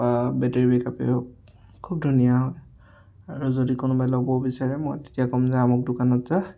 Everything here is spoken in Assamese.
বেটেৰী বেক আপেই হওক খুব ধুনীয়া হয় আৰু যদি কোনোবাই ল'ব বিচাৰে মই তেতিয়া ক'ম যে আমুক দোকানত যা